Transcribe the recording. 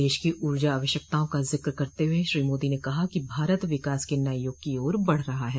देश की ऊर्जा आवश्यकताओं का जिक्र करते हुए श्री मोदी ने कहा कि भारत विकास के नये युग की ओर बढ़ रहा है